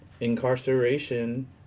incarceration